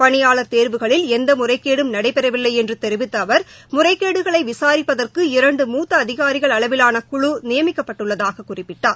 பணியாளர் தேர்வுகளில் எந்த முறைகேடும் நடைபெறவில்லை என்று தெரிவித்த அவர் முறைகேடுகளை விசாரிப்பதற்கு இரண்டு மூத்த அதிகாரிகள் அளவிலான குழு நியமிக்கப்பட்டுள்ளதாகக் குறிப்பிட்டார்